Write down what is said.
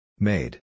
Made